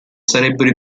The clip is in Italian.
sarebbero